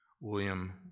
William